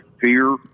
fear